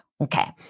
Okay